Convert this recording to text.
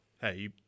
Hey